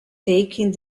taking